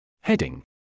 Heading